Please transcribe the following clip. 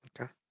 Okay